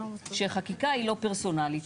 שחקיקה היא לא פרסונלית.